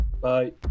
Bye